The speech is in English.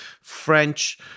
French